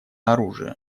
оружие